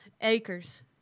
acres